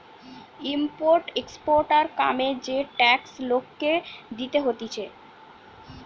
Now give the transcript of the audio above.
import exporter কামে যে tax লোককে দিতে হতিছে